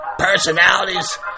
Personalities